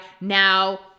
now